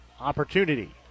opportunity